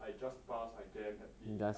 I just pass I damn happy